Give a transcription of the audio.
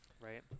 right